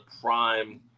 prime